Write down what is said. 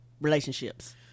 relationships